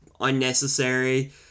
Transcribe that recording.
unnecessary